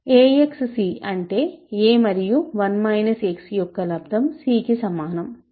ax c అంటే a మరియు 1 x యొక్క లబ్దం cకి సమానం